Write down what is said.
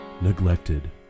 neglected